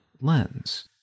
lens